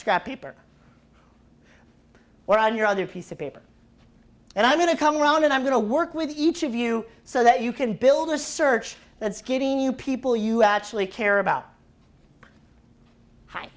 scrap paper or on your other piece of paper and i'm going to come around and i'm going to work with each of you so that you can build a search that skating you people you actually care about hi